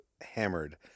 hammered